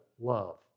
love